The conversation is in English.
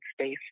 space